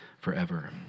forever